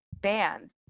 bands